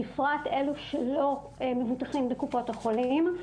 בפרט אלו שלא מבוטחים בקופות החולים,